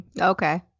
okay